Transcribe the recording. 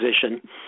position